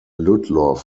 ludlow